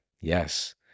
yes